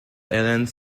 helens